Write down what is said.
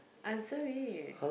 answer me